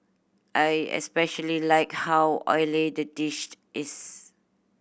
I especially like how oily the dish is